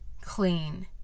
clean